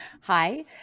Hi